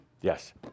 Yes